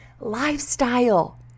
lifestyle